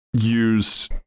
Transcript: use